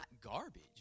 garbage